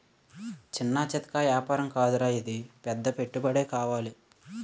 చిన్నా చితకా ఏపారం కాదురా ఇది పెద్ద పెట్టుబడే కావాలి